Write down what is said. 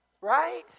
Right